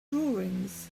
drawings